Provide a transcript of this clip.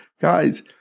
guys